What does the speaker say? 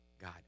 God